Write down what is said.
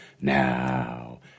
Now